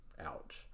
ouch